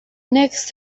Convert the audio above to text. next